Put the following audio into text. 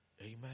amen